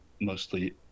mostly